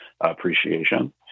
appreciation